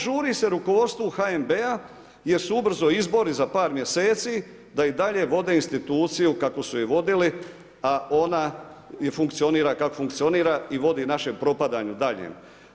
Žuri se rukovodstvu HNB-a jer su ubrzo izbori za par mjeseci, da im dalje vode instituciju kako su i vodili, a ona funkcionira kako funkcionira i vode naše propadanje, dalje.